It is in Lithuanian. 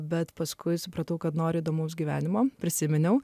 bet paskui supratau kad noriu įdomaus gyvenimo prisiminiau